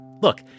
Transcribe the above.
Look